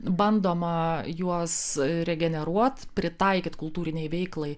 bandoma juos regeneruot pritaikyt kultūrinei veiklai